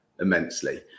immensely